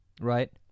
right